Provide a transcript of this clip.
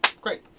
Great